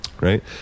Right